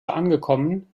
angekommen